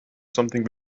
something